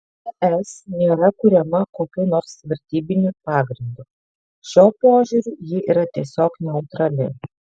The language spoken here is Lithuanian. es nėra kuriama kokiu nors vertybiniu pagrindu šiuo požiūriu ji yra tiesiog neutrali